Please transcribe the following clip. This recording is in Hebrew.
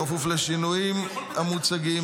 בכפוף לשינויים המוצגים,